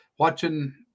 watching